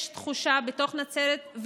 יש תחושה בתוך נצרת,